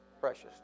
precious